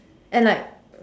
and like